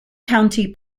county